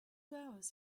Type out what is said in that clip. hours